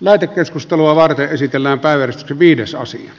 lähetekeskustelua varten esitellään päivä viidesosa poimin